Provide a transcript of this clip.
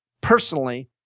personally